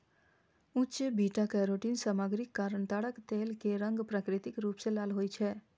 उच्च beta carotene सामग्रीक कारण ताड़क तेल के रंग प्राकृतिक रूप सं लाल होइ छै